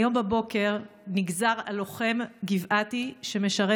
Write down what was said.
היום בבוקר נגזרו על לוחם גבעתי שמשרת